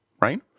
right